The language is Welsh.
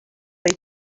oedd